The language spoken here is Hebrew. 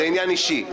זה עניין אישי.